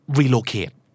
relocate